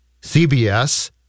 CBS